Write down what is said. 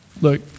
Look